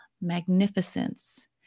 magnificence